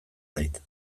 zait